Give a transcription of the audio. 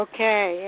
Okay